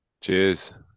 Cheers